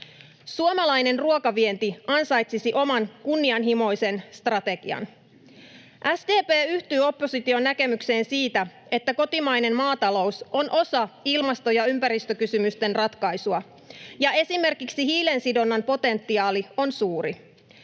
Suomalainen ruokavienti ansaitsisi oman, kunnianhimoisen strategian. SDP yhtyy opposition näkemykseen siitä, että kotimainen maatalous on osa ilmasto- ja ympäristökysymysten ratkaisua ja esimerkiksi hiilensidonnan potentiaali on suuri.